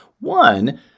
one